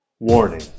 Warning